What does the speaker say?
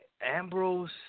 Ambrose